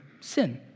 sin